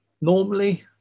normally